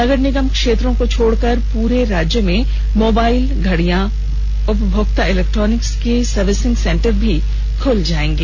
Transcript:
नगर निगम क्षेत्रों को छोड़कर प्ररे राज्य में मोबाईल घड़िया उपभोक्ता इलेक्ट्रोनिक्स के सर्विसिंग सेंटर भी खुल जायेंगे